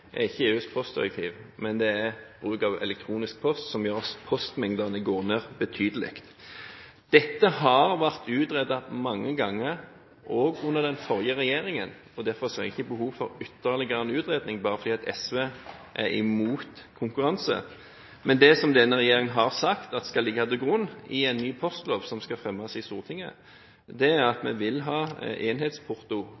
er ikke EUs postdirektiv, men det er bruk av elektronisk post, som gjør at postmengdene går betydelig ned. Dette har vært utredet mange ganger, også under den forrige regjeringen. Derfor ser jeg ikke behov for ytterligere en utredning bare fordi SV er imot konkurranse. Men det som denne regjeringen har sagt skal ligge til grunn i en ny postlov som skal fremmes for Stortinget, er at